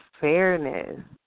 fairness